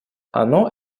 оно